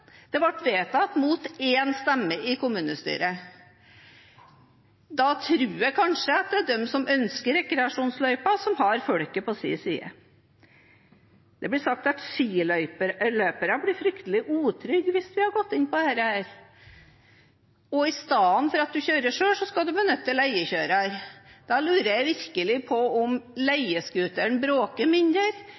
Den ble vedtatt mot én stemme i kommunestyret. Da tror jeg kanskje at det er de som ønsket rekreasjonsløypa, som har folket på sin side. Det blir sagt at skiløpere ville bli fryktelig utrygge hvis vi hadde gått inn for dette og at en i stedet for å kjøre selv kan benytte leiekjørere. Da lurer jeg virkelig på om leiescooteren bråker mindre,